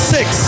Six